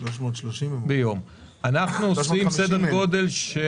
330,000. אנחנו מדברים על סדר גודל של